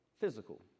physical